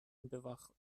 bewachsen